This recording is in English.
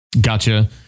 Gotcha